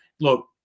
look